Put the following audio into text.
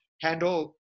handle